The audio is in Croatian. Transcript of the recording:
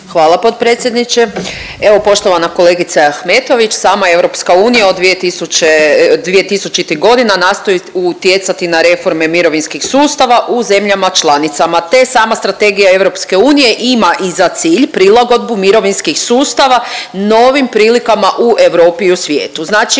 Hvala potpredsjedniče. Evo poštovana kolegice Ahmetović, sama EU od 2000.-tih godina nastoji utjecati na reforme mirovinskih sustava u zemljama članicama, te sama strategija EU ima i za cilj prilagodbu mirovinskih sustava novim prilikama u Europi i u svijetu,